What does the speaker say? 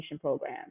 program